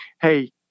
hey